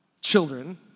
children